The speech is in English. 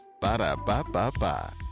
Ba-da-ba-ba-ba